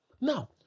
now